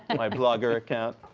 and my blogger account.